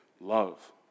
love